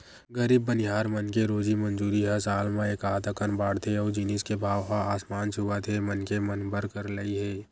गरीब बनिहार मन के रोजी मंजूरी ह साल म एकात अकन बाड़थे अउ जिनिस के भाव ह आसमान छूवत हे मनखे मन बर करलई हे